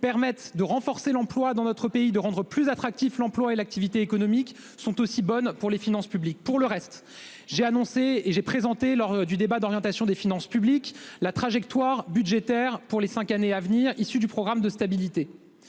permettent de renforcer l'emploi dans notre pays, de rendre plus attractif l'emploi et l'activité économique sont aussi bonne pour les finances publiques. Pour le reste j'ai annoncé et j'ai présenté lors du débat d'orientation des finances publiques, la trajectoire budgétaire pour les 5 années à venir, issus du programme de stabilité.